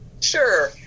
sure